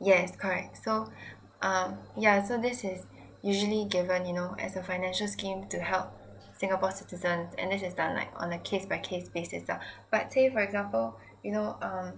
yes correct so um yeah so this is usually given you know as a financial scheme to help singapore's citizens and this is done like on a case by case basis lah but say for example you know um